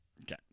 Okay